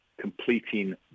completing